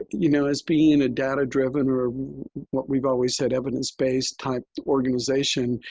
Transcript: you know, as being in a data-driven or what we've always said evidence-based type organization,